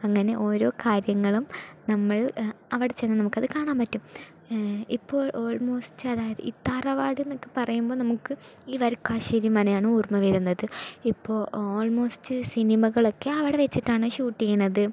അങ്ങനെ ഓരോ കാര്യങ്ങളും നമ്മൾ അവിടെ ചെന്ന് നമുക്കത് കാണാൻ പറ്റും ഇപ്പോൾ ഓൾമോസ്റ്റ് അതായത് ഈ തറവാട് എന്നൊക്കെ പറയുമ്പോൾ നമുക്ക് വരിക്കാശ്ശേരി മനയാണ് ഓർമ്മ വരുന്നത് ഇപ്പോൾ ഓൾമോസ്റ്റ് സിനിമകളൊക്കെ അവിടെ വെച്ചിട്ടാണ് ഷൂട്ട് ചെയ്യണത്